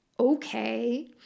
Okay